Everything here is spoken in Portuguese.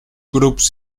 grupos